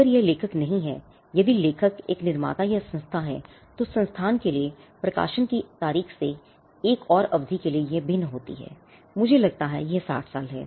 अगर यह लेखक नहीं है यदि लेखक या निर्माता एक संस्था है तो संस्थान के लिये प्रकाशन की तारीख से एक और अवधि के लिए यह भिन्न होती है I मुझे लगता है कि यह 60 साल है